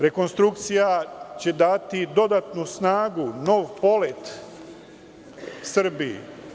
Rekonstrukcija će dati dodatnu snagu, nov polet Srbiji.